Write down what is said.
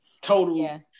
total